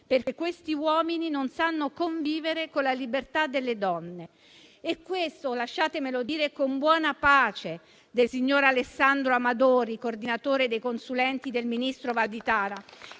perché questi uomini non sanno convivere con la libertà delle donne. Lasciatemi dire ciò con buona pace del signor Alessandro Amadori, coordinatore dei consulenti del ministro Valditara